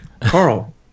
Carl